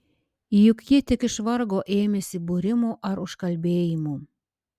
juk ji tik iš vargo ėmėsi būrimų ar užkalbėjimų